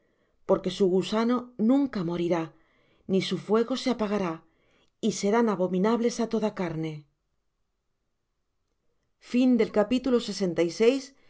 porque su gusano nunca morirá ni su fuego se apagará y serán abominables á toda carne